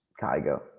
Kygo